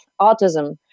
autism